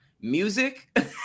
music